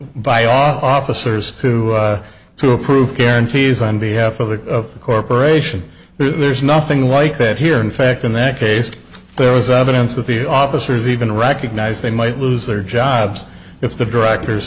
by officers to to approve guarantees on behalf of the corporation there's nothing like that here in fact in that case there was of events that the officers even recognized they might lose their jobs if the director